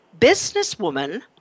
businesswoman